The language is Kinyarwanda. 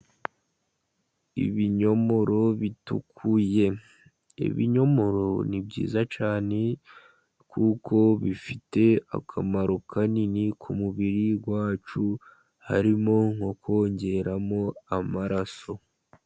Ibinyomoro bitukuye, ibinyomoro ni byiza cyane, kuko bifite akamaro kanini ku mubiri wacu, harimo nko kongeramo amaraso.